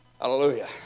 Hallelujah